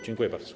Dziękuję bardzo.